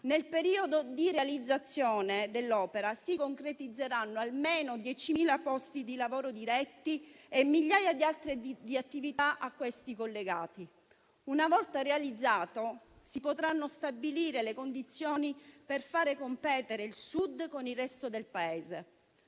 Nel periodo di realizzazione dell'opera si concretizzeranno almeno 10.000 posti di lavoro diretti e migliaia di altre attività a questi collegate. Una volta realizzato si potranno stabilire le condizioni per far competere il Sud con il resto del Paese.